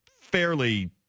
fairly